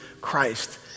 Christ